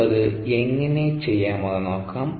നമുക്ക് അത് എങ്ങനെ ചെയ്യാമെന്ന് നോക്കാം